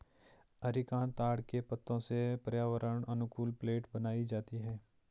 areca nut ताड़ के पत्तों से पर्यावरण अनुकूल प्लेट बनाई जाती है